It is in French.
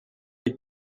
nous